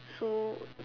so